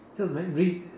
so macritchie